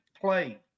play